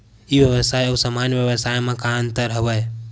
ई व्यवसाय आऊ सामान्य व्यवसाय म का का अंतर हवय?